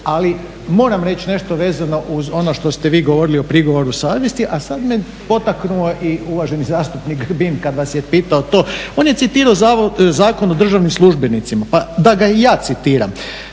Ali moram reći nešto vezano uz ono što ste vi govorili o prigovoru savjesti, a sad me potaknuo i uvaženi zastupnik … kad vas je pitao to, on je citirao Zakon o državnim službenicima, pa da ga i ja citiram.